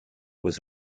was